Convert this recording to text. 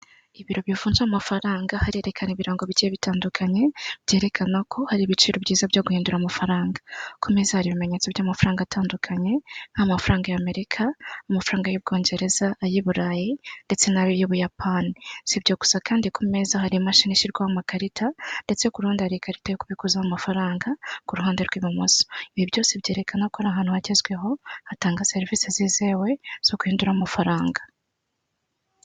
Ibiro bivunja amafaranga harerekana ibirango bigiye bitandukanye byerekana ko hari ibiciro byiza byo guhindura amafaranga, ku meza hari ibimenyetso by'amafaranga atandukanye nk'amafaranga y'Amerika, amafaranga y'Ubwongereza, ay'i Burayi ndetse n'ay'Ubuyapani, sibyo gusa kandi ku meza hari imashini ishyirwaho amakarita ndetse ku runde hari ikarita yo kubikouzamo amafaranga ku ruhande rw'ibumoso, ibi byose byerekana ko ari ahantu hagezweho hatanga serivisi zizewe zo guhindura amafaranga.